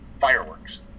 fireworks